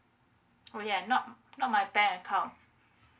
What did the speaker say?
oh ya not not my bank account